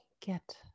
get